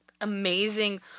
amazing